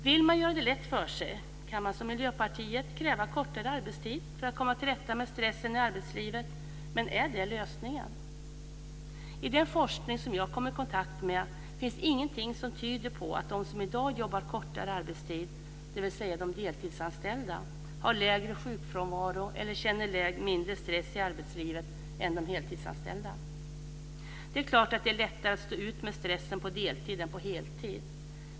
Vill man göra det lätt för sig kan man, som Miljöpartiet, kräva kortare arbetstid för att komma till rätta med stressen i arbetslivet. Men är det lösningen? I den forskning som jag har kommit i kontakt med finns ingenting som tyder på att de som i dag har kortare arbetstid, dvs. deltidsanställda, har lägre sjukfrånvaro eller känner mindre stress i arbetslivet än de heltidsanställda. Det är klart att det är lättare att stå ut med stressen på deltid än på heltid.